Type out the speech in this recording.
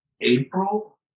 April